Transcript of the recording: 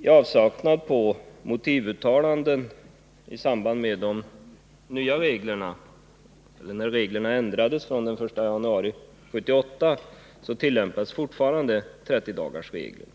I avsaknad av motivuttalande i samband med att de nya reglerna antogs den 1 januari 1978 tillämpas fortfarande 30-dagarsregeln.